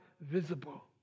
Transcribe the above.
visible